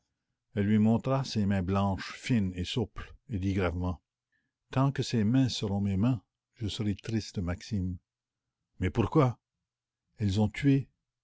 elle lui montra ses mains blanches fines et souples et dit gravement tant que ces mains seront mes mains je serai triste maxime mais pourquoi elles ont tué